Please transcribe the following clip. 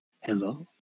Hello